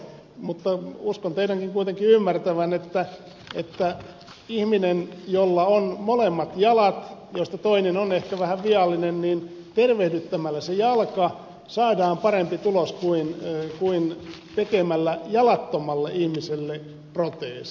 mutta uskon teidänkin kuitenkin ymmärtävän että ihmiseltä jolla on molemmat jalat joista toinen on ehkä vähän viallinen tervehdyttämällä se jalka saadaan parempi tulos kuin tekemällä jalattomalle ihmiselle proteesi